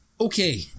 okay